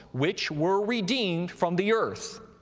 which were redeemed from the earth.